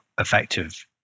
effective